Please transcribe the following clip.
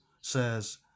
says